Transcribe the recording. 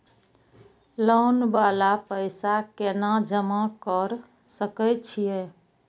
Loan वाला पैसा केना जमा कर सके छीये?